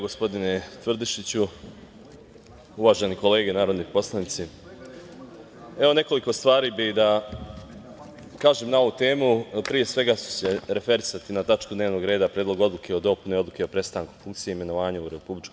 Uvažene kolege narodni poslanici, nekoliko stvari bih da kažem na ovu temu, pre svega ću se referisati na tačku dnevnog reda Predlog odluke o dopuni Odluke o prestanku funkcije i imenovanju u RIK.